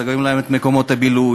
סוגרים להם את מקומות הבילוי.